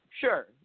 Sure